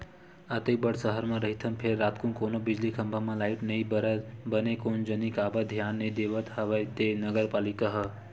अतेक बड़ सहर म रहिथन फेर रातकुन कोनो बिजली खंभा म लाइट नइ बरय बने कोन जनी काबर धियान नइ देवत हवय ते नगर पालिका ह